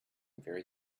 very